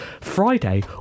friday